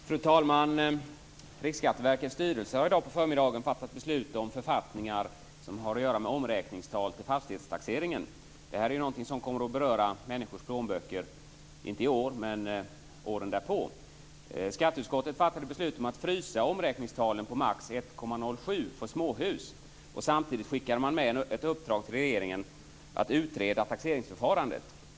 Fru talman! Riksskatteverkets styrelse har i dag på förmiddagen fattat beslut om författningar som har att göra med omräkningstal till fastighetstaxeringen. Det är något som kommer att beröra människors plånböcker, om inte i år så åren framöver. Skatteutskottet fattade beslut om att frysa omräkningstalet på maximalt 1,07 för småhus. Samtidigt gav man regeringen i uppdrag att utreda taxeringsförfarandet.